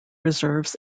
reserves